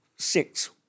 six